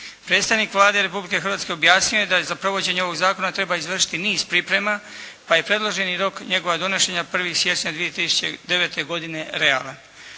Predstavnik Vlade Republike Hrvatske objasnio je da za provođenje ovog zakona treba izvršiti niz priprema pa je predloženi rok njegova donošenja 1. siječnja 2009. realan.